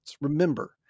Remember